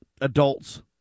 adults